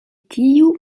tiu